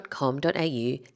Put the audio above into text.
au